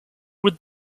would